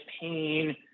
pain